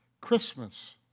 Christmas